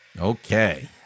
okay